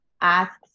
asks